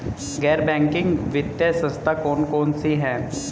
गैर बैंकिंग वित्तीय संस्था कौन कौन सी हैं?